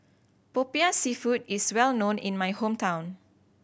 Popiah Seafood is well known in my hometown